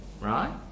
right